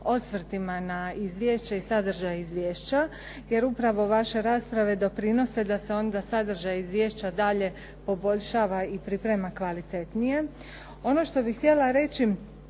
osvrtima na izvješće i sadržaj izvješća, jer upravo vaše rasprave doprinose da se onda sadržaj izvješća dalje poboljšava i priprema kvalitetnije. Ono što bih htjela reći